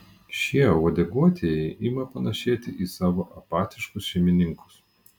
šie uodeguotieji ima panašėti į savo apatiškus šeimininkus